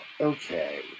okay